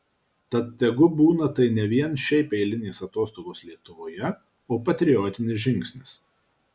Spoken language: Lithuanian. tad tegu būna tai ne vien šiaip eilinės atostogos lietuvoje o patriotinis žingsnis